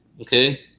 okay